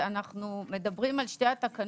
אנחנו מדברים על שתי התקנות